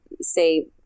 say